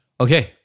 Okay